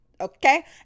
okay